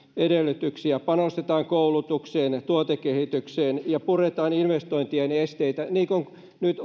edellytyksiä panostetaan koulutukseen tuotekehitykseen ja puretaan investointien esteitä nyt